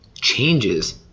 changes